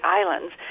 islands